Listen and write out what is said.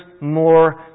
more